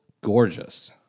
gorgeous